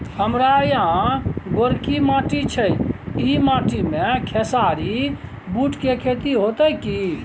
हमारा यहाँ गोरकी माटी छै ई माटी में खेसारी, बूट के खेती हौते की?